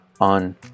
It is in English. on